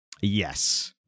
Yes